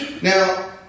Now